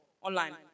online